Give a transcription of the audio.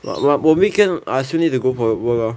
我我我 weekend I still need to go for that work loh